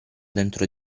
dentro